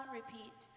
Repeat